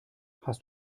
hast